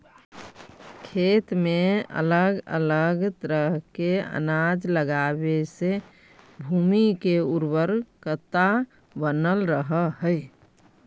खेत में अलग अलग तरह के अनाज लगावे से भूमि के उर्वरकता बनल रहऽ हइ